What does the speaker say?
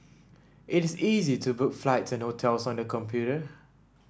it is easy to book flights and hotels on the computer